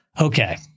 Okay